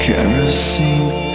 Kerosene